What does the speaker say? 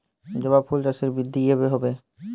জবা ফুল চাষে বৃদ্ধি কিভাবে হবে?